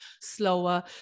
slower